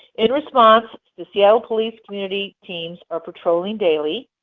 in response, the seattle police community teams are patrolling daily.